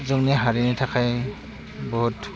जोंनि हारिनि थाखाय बहुथ